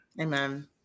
Amen